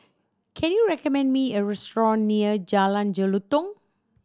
can you recommend me a restaurant near Jalan Jelutong